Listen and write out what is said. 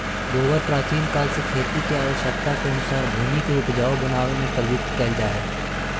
गोबर प्राचीन काल से खेती के आवश्यकता के अनुसार भूमि के ऊपजाऊ बनावे में प्रयुक्त कैल जा हई